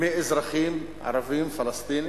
מאזרחים ערבים, פלסטינים,